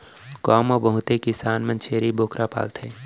गॉव म बहुते किसान मन छेरी बोकरा पालथें